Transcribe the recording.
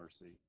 mercy